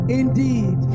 indeed